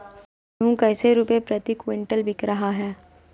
गेंहू कैसे रुपए प्रति क्विंटल बिक रहा है?